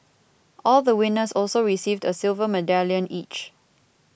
all the winners also received a silver medallion each